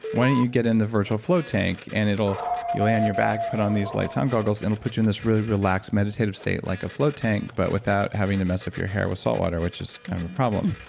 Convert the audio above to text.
why don't you get in the virtual float tank, and you lay on your back, put on these light-sound goggles, and it'll put you in this really relaxed, meditative state like a float tank but without having to mess up your hair with salt water, which is kind of a problem?